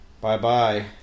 Bye-bye